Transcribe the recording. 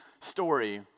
story